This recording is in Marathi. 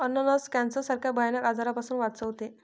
अननस कॅन्सर सारख्या भयानक आजारापासून वाचवते